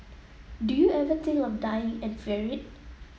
do you ever think of dying and fear it